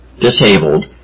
disabled